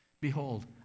behold